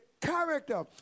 character